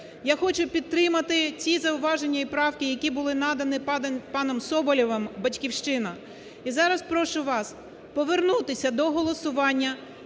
Я хочу підтримати ті зауваження і правки, які були надані паном Соболєвим, "Батьківщина". І зараз прошу вас повернутися до голосування